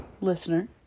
listener